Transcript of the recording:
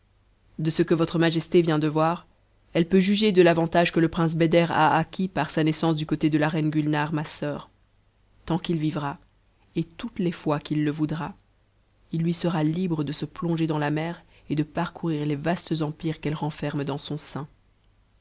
de ce que votre majesté vient de voir elle peut juger de l'avantage que le prince beder a acquis par sa naissance du côté de la reine gulnare ma sœur tant qu'il vivra et toutes les fois qu'il le voudra il lui sera libre de se plonger dans la mer et de parcourir les vastes empires qu'elle renferme dans son sein